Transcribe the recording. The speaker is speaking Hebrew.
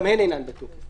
גם הן אינן בתוקף.